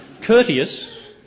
Courteous